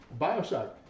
Bioshock